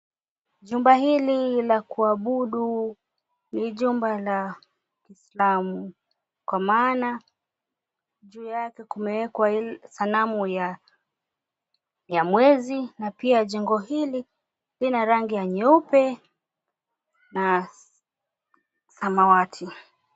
Jumba hili la kuabudu, ni jumba la Kiislamu, kwa maana juu yake kumewekwa sanamu ya mwezi na pia jengo hili lina rangi ya nyeupe na samawati.